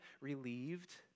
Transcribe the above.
relieved